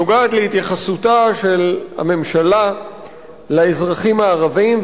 נוגעת להתייחסותה של הממשלה לאזרחים הערבים,